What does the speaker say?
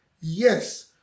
Yes